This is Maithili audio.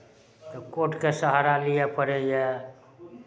तऽ कोर्टके सहारा लिअ पड़ैए